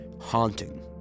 haunting